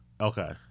Okay